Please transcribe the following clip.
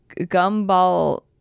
Gumball